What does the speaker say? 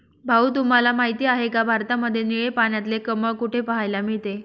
भाऊ तुम्हाला माहिती आहे का, भारतामध्ये निळे पाण्यातले कमळ कुठे पाहायला मिळते?